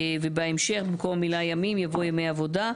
ובהמשך במקום המילה "ימים" יבוא "ימי עבודה".